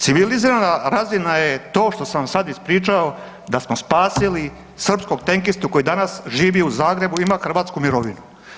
Civilizirana razina je to što sam vam sad ispričao, da smo spasili srpskog tenkistu koji danas živi u Zagrebu, ima hrvatsku mirovinu.